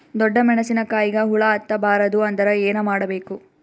ಡೊಣ್ಣ ಮೆಣಸಿನ ಕಾಯಿಗ ಹುಳ ಹತ್ತ ಬಾರದು ಅಂದರ ಏನ ಮಾಡಬೇಕು?